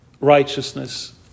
righteousness